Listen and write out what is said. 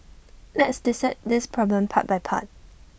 let's dissect this problem part by part